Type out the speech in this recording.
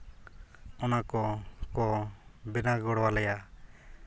ᱚᱱᱟ ᱠᱚᱠᱚ ᱵᱮᱱᱟᱣ ᱜᱚᱲᱚ ᱟᱞᱮᱭᱟ